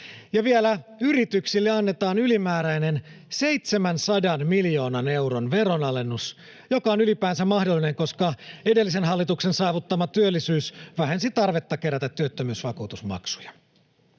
Ja vielä yrityksille annetaan ylimääräinen 700 miljoonan euron veronalennus, joka on ylipäänsä mahdollinen, koska edellisen hallituksen saavuttama työllisyys vähensi tarvetta kerätä työttömyysvakuutusmaksuja.